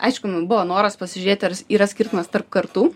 aišku man buvo noras pasižiūrėti ar yra skirtumas tarp kartų